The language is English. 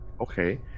Okay